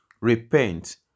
Repent